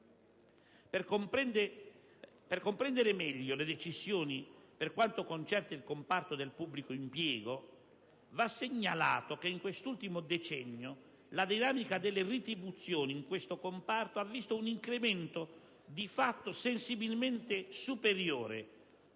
Per comprendere meglio le decisioni, per quanto concerne il comparto del pubblico impiego va segnalato che in quest'ultimo decennio la dinamica delle retribuzioni in questo comparto ha visto un incremento di fatto sensibilmente superiore